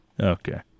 Okay